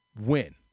win